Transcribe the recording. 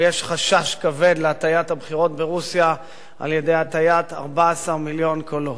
או שיש חשש כבד להטיית הבחירות ברוסיה על-ידי הטיית 14 מיליון קולות.